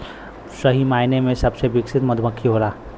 सही मायने में सबसे विकसित मधुमक्खी होला